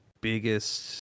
biggest